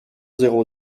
zéro